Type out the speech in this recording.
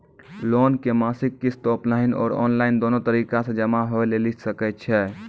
Loan के मासिक किस्त ऑफलाइन और ऑनलाइन दोनो तरीका से जमा होय लेली सकै छै?